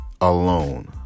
alone